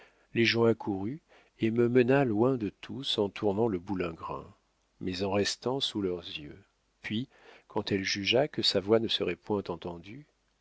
les gens accourus et me mena loin de tous en tournant le boulingrin mais en restant sous leurs yeux puis quand elle jugea que sa voix ne serait point entendue